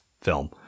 film